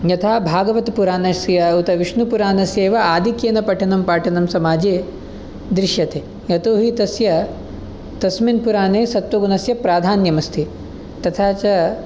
यथा भागवतपुरानस्य उत विष्णपुरानस्य एव आधिक्येन पठनं पाठनं समाजे दृश्यते यतोहि तस्य तस्मिन् पुराणे सत्त्वगुनस्य प्राधान्यम् अस्ति तथा च